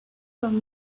from